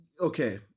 okay